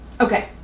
Okay